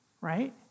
right